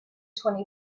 twenty